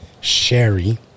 Sherry